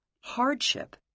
hardship